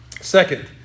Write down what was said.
Second